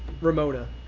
ramona